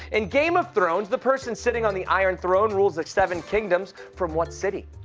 in game of thrones the person sitting on the iron thrown rules seven kingdoms from what city?